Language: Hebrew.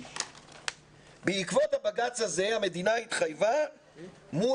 בעקבות הבג"צ הזה המדינה התחייבה מול